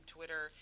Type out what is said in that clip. Twitter